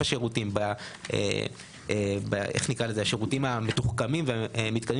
השירותים; ב- נקרא לזה השירותים המתוחכמים והמתקדמים